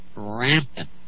Rampant